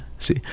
See